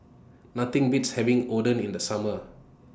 Nothing Beats having Oden in The Summer